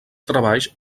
treballs